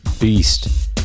beast